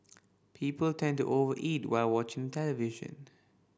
people tend to over eat while watching television